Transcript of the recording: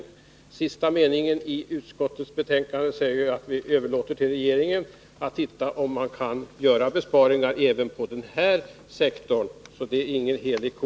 I sista stycket i betänkandet säger ju utskottet att vi överlåter till regeringen att titta på om man kan göra besparingar även på den här sektorn, så den är ingen helig ko.